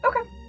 Okay